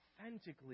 authentically